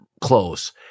close